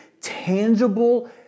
tangible